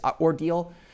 ordeal